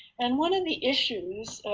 and one of the issues,